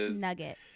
Nugget